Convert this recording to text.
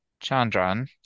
Chandran